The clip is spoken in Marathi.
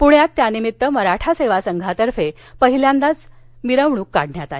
पुण्यात त्यानिमित्त मराठा सेवा संघातर्फे पहिल्यांदाच मिरवणुक काढण्यात आली